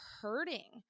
hurting